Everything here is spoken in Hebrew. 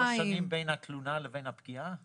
שלוש שנים בין התלונה לבין הפגיעה?